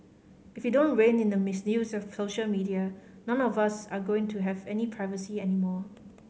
if we don't rein in the misuse of social media none of us are going to have any privacy anymore